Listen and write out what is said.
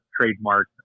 trademark